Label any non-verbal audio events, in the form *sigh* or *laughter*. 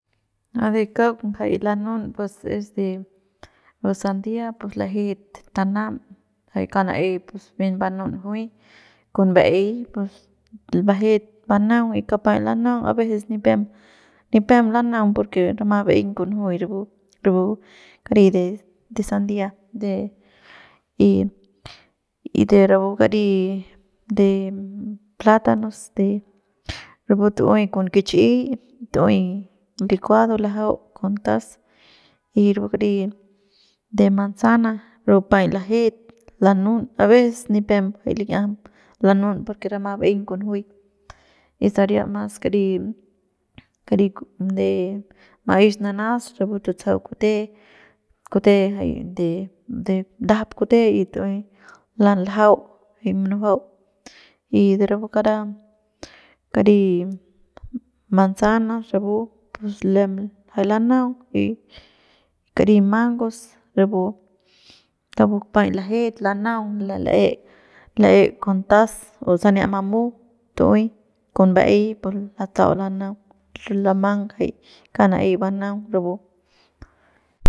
A de kauk ngajai lanun pues es de pu sandia pus lajet tanam jay kauk na'ey pus bien banun juy con ba'ey pus lajet banaung y kauk paiñ lanaung a veces ni pem ni pem lanaung porque rama ba'eiñ kunjuy rapu rapu kari de sandia de y de rapu kari de plátanos de rapu tu'uey con kich'i tu'uey licuado lajau con taz *noise* y rapu kari de manzana rapu paiñ lajet lanun a veces nipem jay lik'iajam lanun porqu rama ba'eiñ kunjuy y saria mas kari kari de maex nanas rapu tutsajau kute kute jay de de de ndajap kute y tu'uey la lajau y munujuau y de rapu kara kari manzanas pus rapu lem jay lanaung y kari mangos rapu rapu maiñ lajet lanaung la'e la'e con taz o sania mamu tu'uey con ba'ey pu lataul lanaung lamang jay kauk na'ey banaung rapu.